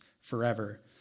forever